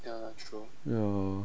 ya